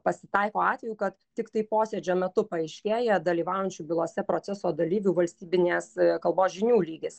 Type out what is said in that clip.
pasitaiko atvejų kad tiktai posėdžio metu paaiškėja dalyvaujančių bylose proceso dalyvių valstybinės kalbos žinių lygis